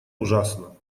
ужасно